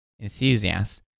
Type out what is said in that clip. enthusiasts